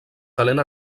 talent